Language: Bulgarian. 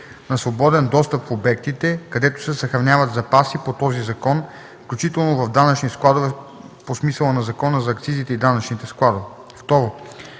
на свободен достъп в обектите, където се съхраняват запаси по този закон, включително в данъчни складове по смисъла на Закона за акцизите и данъчните складове;